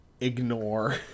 Ignore